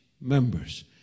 members